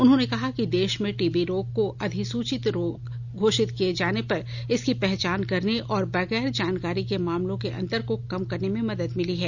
उन्होंने कहा कि देश में टीबी रोग को अधिसूचित सूचित रोग घोषित करने से इसकी पहचान करने और बगैर जानकारी के मामलों के अंतर को कम करने में मदद मिली है